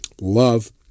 love